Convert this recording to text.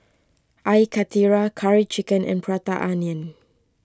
Air Karthira Curry Chicken and Prata Onion